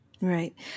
Right